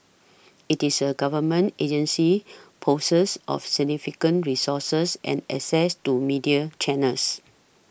it is a Government agency possessed of significant resources and access to media channels